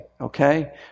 okay